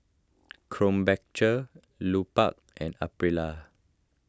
Krombacher Lupark and Aprilia